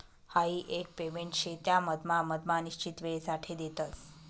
हाई एक पेमेंट शे त्या मधमा मधमा निश्चित वेळसाठे देतस